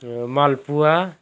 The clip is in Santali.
ᱢᱟᱞᱯᱩᱣᱟ